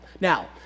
Now